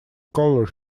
color